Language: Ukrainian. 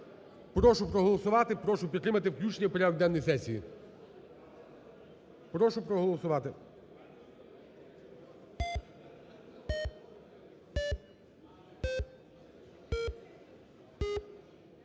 Прошу проголосувати, прошу підтримати включення в порядок денний сесії. Прошу проголосувати.